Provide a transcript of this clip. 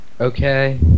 Okay